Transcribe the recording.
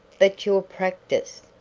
but your practice?